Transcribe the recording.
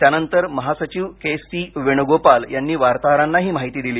त्यानंतर महासचिव K C Venugopal यांनी वार्ताहरांना ही माहिती दिली